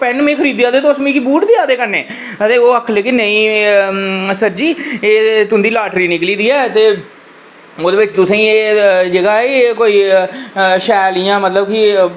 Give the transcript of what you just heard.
pen में खरीदेआ ते तुस बूट देआ दे कन्नै ते ओह् आखन लग्गी कि नेईं सरजी एह् तुंदी लॉटरी निकली दी ते ओह्दे बिच तुसेंगी जेह्का एह् कोई शैल इंया मतलब कि